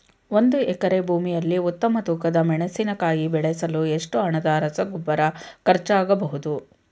ಒಂದು ಎಕರೆ ಭೂಮಿಯಲ್ಲಿ ಉತ್ತಮ ತೂಕದ ಮೆಣಸಿನಕಾಯಿ ಬೆಳೆಸಲು ಎಷ್ಟು ಹಣದ ರಸಗೊಬ್ಬರ ಖರ್ಚಾಗಬಹುದು?